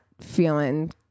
feeling